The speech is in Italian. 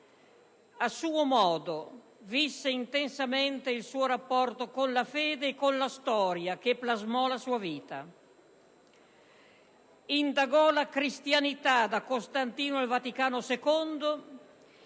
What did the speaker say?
A suo modo visse intensamente il suo rapporto con la fede e con la storia, che plasmò la sua vita. Indagò la cristianità, da Costantino al Concilio Vaticano II